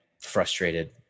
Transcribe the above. frustrated